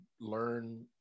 learn